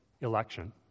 election